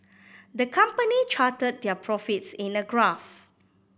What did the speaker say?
the company charted their profits in a graph